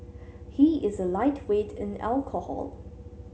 he is a lightweight in alcohol